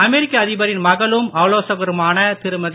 அமெரிக்க அதிபரின் மகளும் ஆலோசகருமான திருமதி